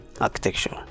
architecture